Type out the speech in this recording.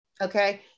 okay